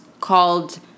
called